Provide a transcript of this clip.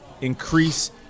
increase